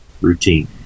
Routine